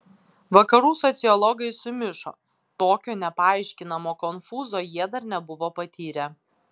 vakarų sociologai sumišo tokio nepaaiškinamo konfūzo jie dar nebuvo patyrę